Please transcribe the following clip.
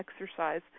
exercise